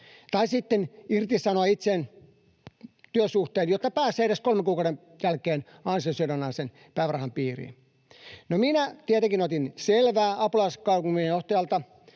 tai sitten irtisanoa itse työsuhteen, jotta pääsee edes kolmen kuukauden jälkeen ansiosidonnaisen päivärahan piiriin”. No minä tietenkin otin selvää apulaiskaupunginjohtajalta,